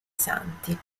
santi